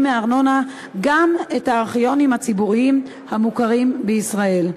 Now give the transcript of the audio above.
מארנונה גם את הארכיונים הציבוריים המוכרים בישראל.